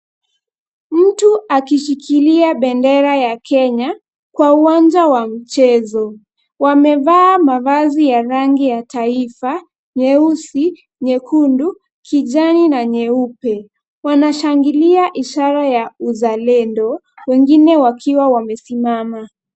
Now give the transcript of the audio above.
Mtu akishikilia bendera ya Kenya, kwa uwanja wa mchezo. Wamevaa mavazi ya rangi ya taifa; nyeusi, nyekundu, kijani na nyeupe. Wanashangilia ishara ya uzalendo wengine wakiwa wamesimama.